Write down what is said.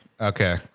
Okay